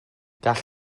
gall